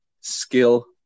skill